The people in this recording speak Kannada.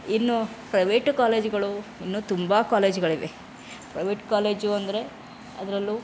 ಇನ್ನು ಪ್ರೈವೇಟ್ ಕಾಲೇಜುಗಳು ಇನ್ನೂ ತುಂಬ ಕಾಲೇಜುಗಳಿವೆ ಪ್ರೈವೇಟ್ ಕಾಲೇಜು ಅಂದರೆ ಅದರಲ್ಲು